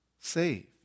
save